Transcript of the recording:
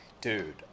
dude